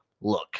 look